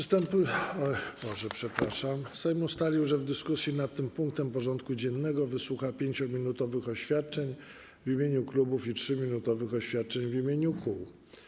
Sejm ustalił, że w dyskusji nad tym punktem porządku dziennego wysłucha 5-minutowych oświadczeń w imieniu klubów i 3-minutowych oświadczeń w imieniu kół.